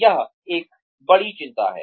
यह एक बड़ी चिंता है